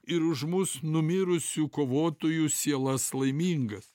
ir už mus numirusių kovotojų sielas laimingas